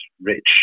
rich